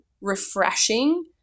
refreshing